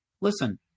listen